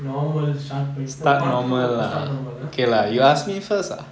normal start with so contro~ start normal lah